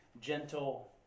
Gentle